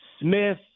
Smith